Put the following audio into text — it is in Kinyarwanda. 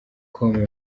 com